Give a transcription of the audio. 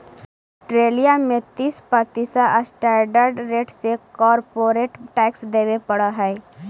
Australia में तीस प्रतिशत स्टैंडर्ड रेट से कॉरपोरेट टैक्स देवे पड़ऽ हई